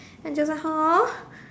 and do you know how